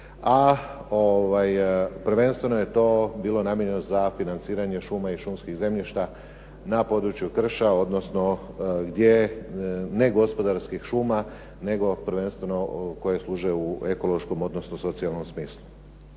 a prvenstveno je to bilo namijenjeno za financiranje šuma i šumskih zemljišta na području krša odnosno gdje ne gospodarskih šuma nego prvenstveno koje služe u ekološkom odnosno socijalnom smislu.